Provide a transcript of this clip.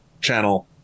channel